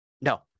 no